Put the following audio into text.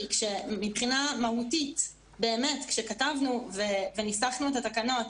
כי מבחינה מהותית כשכתבנו וניסחנו את התקנות,